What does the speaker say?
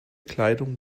kleidung